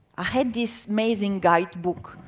i had this amazing guidebook,